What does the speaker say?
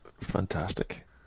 fantastic